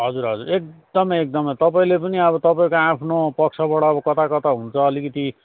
हजुर हजुर एकदमै एकदमै तपाईँले पनि अब तपाईँको आफ्नो पक्षबाट अब कता कता हुन्छ अलिकति